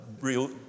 real